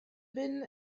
been